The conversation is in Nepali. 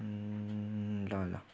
ल ल